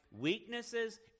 weaknesses